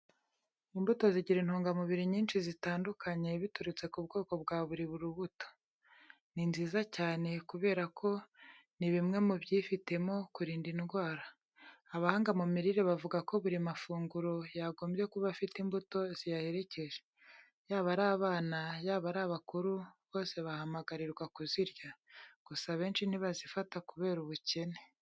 Imbuto zigira intungamubiri nyinshi zitandukane biturutse ku bwoko bwa buri rubuto. Ni nziza cyane kubera ko ni bimwe mu byifitemo kurinda indwara. Abahanga mu mirire bavuga ko buri mafunguro yagombye kuba afite n'imbuto ziyaherekeje. Yaba ari abana, yaba ari abakuru bose bahamagarirwa kuzirya. Gusa abenshi ntibazifata kubera ubukene.